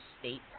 state